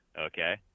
okay